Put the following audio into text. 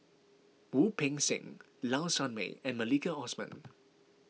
Wu Peng Seng Low Sanmay and Maliki Osman